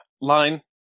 line